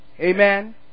Amen